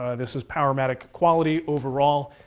ah this is powermatic quality overall.